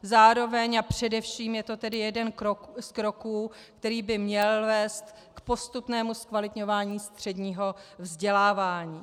Zároveň a především je to tedy jeden z kroků, který by měl vést k postupnému zkvalitňování středního vzdělávání.